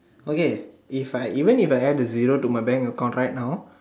okay if I even I add a zero to my bank account right now